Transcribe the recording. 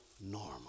normal